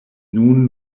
nun